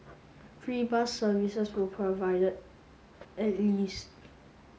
free bus services were provided at least